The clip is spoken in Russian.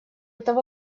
того